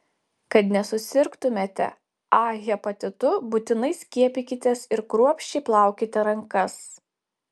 kad nesusirgtumėte a hepatitu būtinai skiepykitės ir kruopščiai plaukite rankas